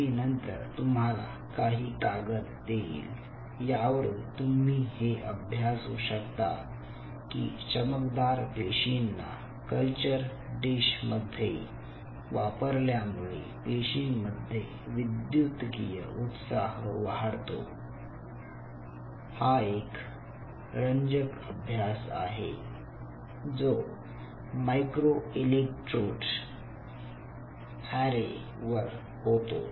मी नंतर तुम्हाला काही कागद देईल यावरून तुम्ही हे अभ्यासू शकतात की चमकदार पेशींना कल्चर डिश मध्ये वापरल्या मुळे पेशींमध्ये विद्युतकिय उत्साह वाढतो हा एक रंजक अभ्यास आहे जो मायक्रो इलेक्ट्रोड अॅरे वर होतो